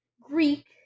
Greek